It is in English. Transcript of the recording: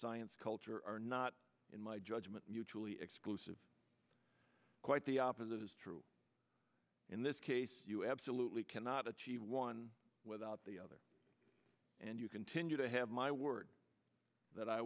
science culture are not in my judgment mutually exclusive quite the opposite is true in this case you absolutely cannot achieve one without the other and you continue to have my word that i